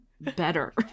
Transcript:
better